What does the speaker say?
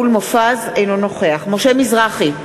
אינו נוכח משה מזרחי,